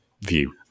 view